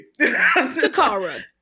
Takara